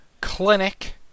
clinic